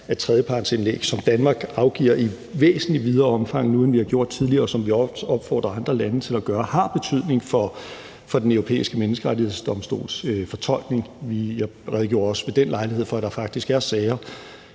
at tredjepartsindlæg, som Danmark afgiver i et væsentligt videre omfang, end vi har gjort tidligere, og som vi også opfordrer andre lande til at gøre, har betydning for Den Europæiske Menneskerettighedsdomstols fortolkning. Vi redegjorde også ved den lejlighed for, at der faktisk er sager